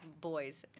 Boys